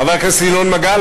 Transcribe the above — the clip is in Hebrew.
חבר הכנסת ינון מגל,